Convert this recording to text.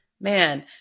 man